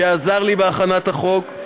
ושעזר לי בהכנת החוק,